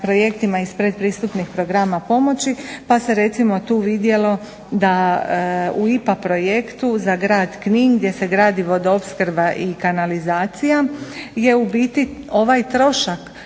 iz predpristupnih programa pomoći, pa se recimo tu vidjelo da u IPA projektu za grad Knin gdje se gradi vodoopskrba i kanalizacija, gdje u biti ovaj trošak